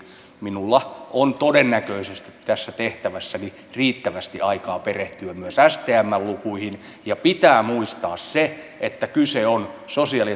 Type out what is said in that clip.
minulla on todennäköisesti tässä tehtävässäni riittävästi aikaa perehtyä myös stmn lukuihin ja pitää muistaa se että kyse on sosiaali